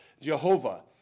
Jehovah